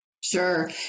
Sure